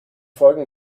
folgen